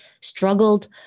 struggled